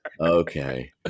Okay